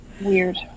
Weird